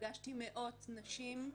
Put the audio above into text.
ופגשתי מאות נשים,